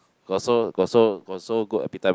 got so got so got so good appetite meh